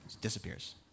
disappears